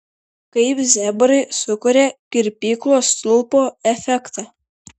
kaip zebrai sukuria kirpyklos stulpo efektą